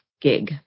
gig